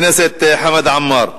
חבר הכנסת חמד עמאר,